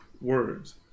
words